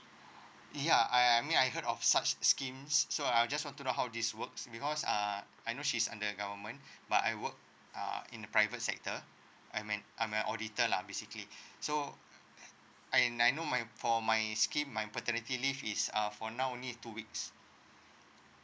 ya I I I mean I heard of such schemes so I just want to know how this works because uh I know she's under government but I work uh in the private sector I'm an I'm a auditor lah basically so I and I know my for my scheme my paternity leave is uh for now only two weeks